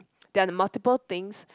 there are the multiple things